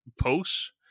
posts